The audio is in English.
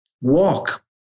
walk